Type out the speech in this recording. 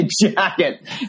jacket